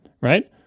right